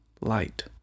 light